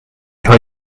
rhoi